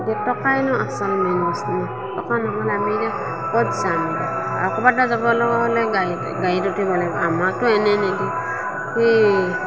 টকাইনো আছল মেইন বস্তু ন টকা নহ'লে আমি এতিয়া ক'ত যাম আৰু ক'বাতে যাবলেও হ'লে মানে গাড়ী গাড়ীত উঠিব লাগিব আমাকতো এনেই নিদিয়ে সেই